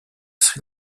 sri